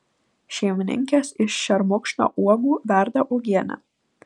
šeimininkės iš šermukšnio uogų verda uogienę